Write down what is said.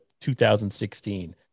2016